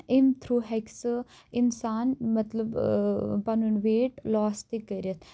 امہِ تھروٗ ہیٚکہِ سُہ اِنسان مطلب پَنُن ویٹ لوس تہِ کٔرِتھ